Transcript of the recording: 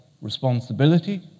responsibility